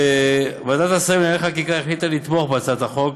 ועדת השרים לענייני חקיקה החליטה לתמוך בהצעת החוק